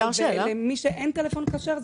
למי שאין טלפון כשר,